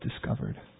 discovered